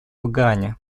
гане